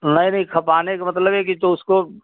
नहीं नहीं खपाने का मतलब है कि तो उसको